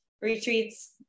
retreats